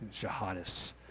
jihadists